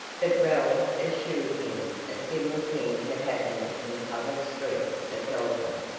but ralph assured him a similar thing had happened in the public streets of dalton,